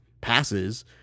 passes